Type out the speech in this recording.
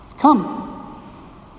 come